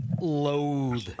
loathe